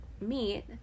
meet